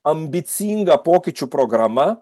ambicinga pokyčių programa